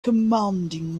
commanding